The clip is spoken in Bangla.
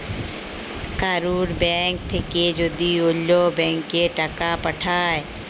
কারুর ব্যাঙ্ক থাক্যে যদি ওল্য ব্যাংকে টাকা পাঠায়